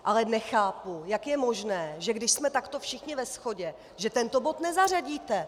Ale nechápu, jak je možné, že když jsme takto všichni ve shodě, že tento bod nezařadíte.